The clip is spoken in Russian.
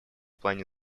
плане